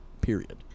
period